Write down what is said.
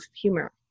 humor